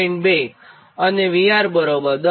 2 અને VR 10